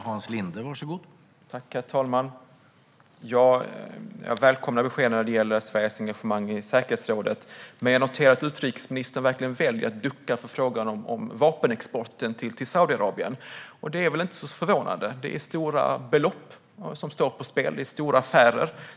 Herr talman! Jag välkomnar beskedet när det gäller Sveriges engagemang i säkerhetsrådet, men jag noterar att utrikesministern väljer att ducka för frågan om vapenexporten till Saudiarabien. Det är inte så förvånande. Det är stora belopp och affärer som står på spel.